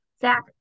Zach